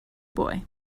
boy